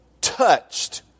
touched